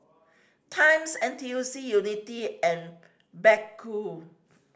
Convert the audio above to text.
times N T U C Unity and Baggu